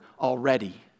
already